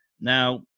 Now